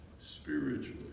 spiritually